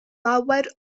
lawer